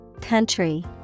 country